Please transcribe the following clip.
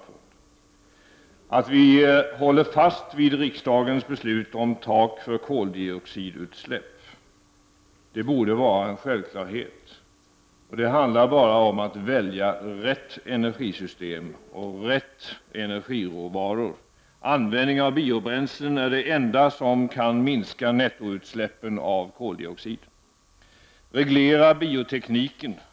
Vidare bör vi hålla fast vid riksdagens beslut om ett tak för koldioxidutsläppen. Detta borde vara en självklarhet. Det handlar endast om att välja rätt energisystem och rätt energiråvaror. Användningen av biobränslen är det enda som kan minska nettoutsläppen av koldioxid. Reglera biotekniken!